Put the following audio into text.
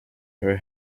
her